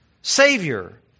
Savior